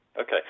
Okay